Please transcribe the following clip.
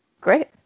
Great